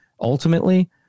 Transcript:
ultimately